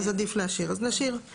אז עדיף להשאיר, אז נשאיר.